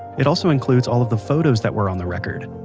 it also includes all of the photos that were on the record.